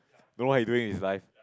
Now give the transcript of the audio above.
know what you doing is life